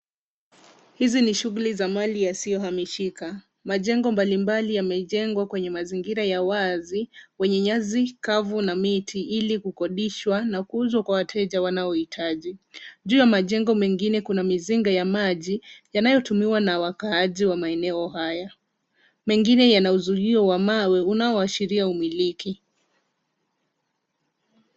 Hizi ni shughuli za mali yasiyohamishika. Majengo mbalimbali yamejengwa kwenye mazingira ya wazi kwenye nyasi kavu na miti ili kukodishwa na kuuzwa kwa wateja wanaohitaji. Juu ya majengo mengine kuna mizinga ya maji yanayotumiwa na wakaaji wa maeneo haya. Mengine yana uzilio wa mawe unaoashiria umiliki.